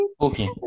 okay